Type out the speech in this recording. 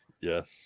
Yes